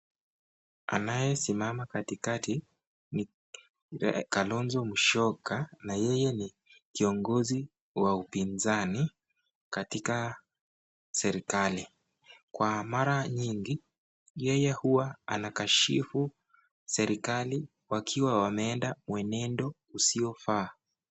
Anayesimama katikati ni Kalonzo Musyoka na yeye ni kiongozi wa upinzani katika serekali. Kwa mara nyingi yeye huwa anakashifu serekali wakiwa wameenda mwenendo usiofaa.